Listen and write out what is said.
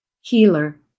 healer